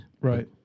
Right